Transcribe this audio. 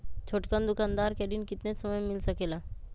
छोटकन दुकानदार के ऋण कितने समय मे मिल सकेला?